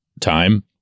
time